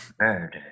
murder